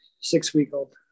six-week-old